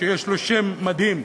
שיש לו שם מדהים,